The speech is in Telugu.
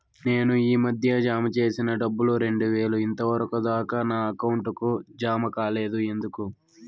నేను ఈ మధ్య జామ సేసిన డబ్బులు రెండు వేలు ఇంతవరకు దాకా నా అకౌంట్ కు జామ కాలేదు ఎందుకు?